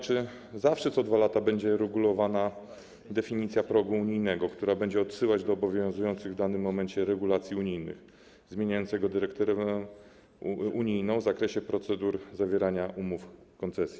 Czy zawsze co 2 lata będzie regulowana definicja progu unijnego, która będzie odsyłać do obowiązujących w danym momencie regulacji unijnych, przepisów zmieniających dyrektywę unijną w zakresie procedur zawierania umów koncesji?